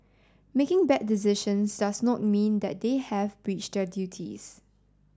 making bad decisions does not mean that they have breached their duties